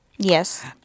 Yes